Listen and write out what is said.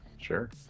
sure